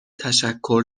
تشکر